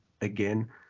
again